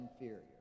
inferior